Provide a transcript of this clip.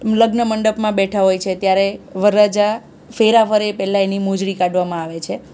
લગ્ન મંડપમાં બેઠાં હોય છે ત્યારે વરરાજા ફેરા ફરે એ પહેલાં એની મોજડી કાઢવામાં આવે છે